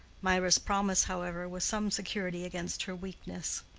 mirah's promise, however, was some security against her weakness.